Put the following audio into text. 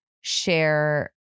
share